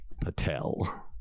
Patel